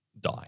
die